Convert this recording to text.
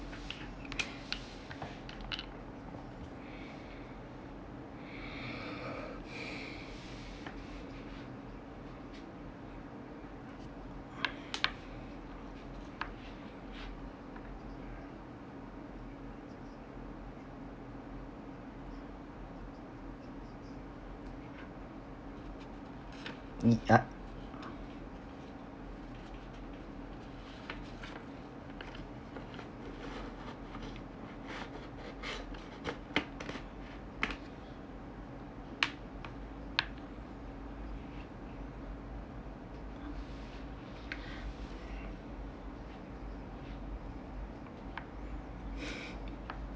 y~ uh